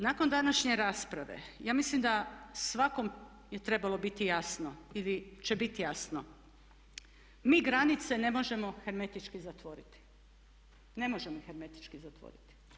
Nakon današnje rasprave, ja mislim da svakom je trebalo biti jasno ili će biti jasno, mi granice ne možemo hermetički zatvoriti, ne možemo ih hermetički zatvoriti.